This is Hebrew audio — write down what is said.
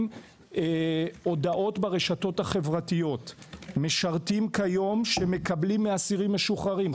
הודעות ברשתות החברתיות ומשרתים כיום שמקבלים מאסירים משוחררים.